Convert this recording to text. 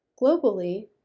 Globally